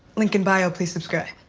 link in bio, please subscribe.